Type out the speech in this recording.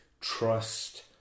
trust